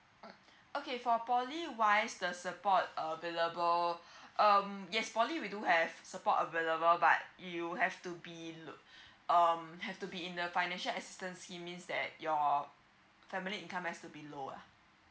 mm okay for poly wise the support available um yes poly we do have support available but you have to be look um have to be in a financial assistance it means that your family income as to be low ah